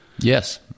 Yes